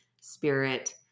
spirit